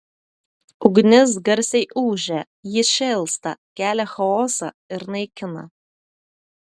ugnis garsiai ūžia ji šėlsta kelia chaosą ir naikina